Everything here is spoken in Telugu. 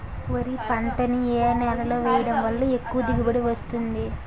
వరి పంట ని ఏ నేలలో వేయటం వలన ఎక్కువ దిగుబడి వస్తుంది?